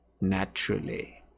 Naturally